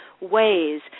ways